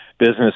business